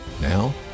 Now